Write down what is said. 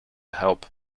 help